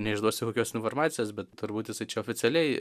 neišduosiu kokios informacijos bet turbūt jisai čia oficialiai